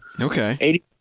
Okay